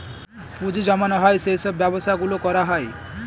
পুঁজি জমানো হয় সেই সব ব্যবসা গুলো করা হয়